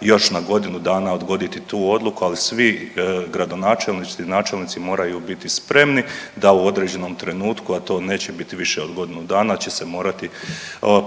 još na godinu dana odgoditi tu odluku, ali svi gradonačelnici i načelnici moraju biti spremni da u određenom trenutku, a to neće biti više od godinu dana će se morati